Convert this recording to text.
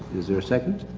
is there a second?